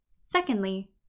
Secondly